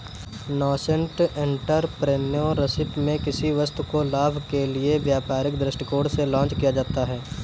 nascent entrepreneurship में किसी वस्तु को लाभ के लिए व्यापारिक दृष्टिकोण से लॉन्च किया जाता है